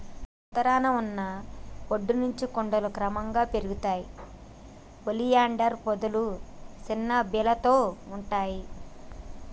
గీ ఉత్తరాన ఉన్న ఒడ్డు నుంచి కొండలు క్రమంగా పెరుగుతాయి ఒలియాండర్ పొదలు సిన్న బీలతో ఉంటాయి